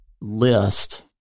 list